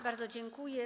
Bardzo dziękuję.